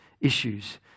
issues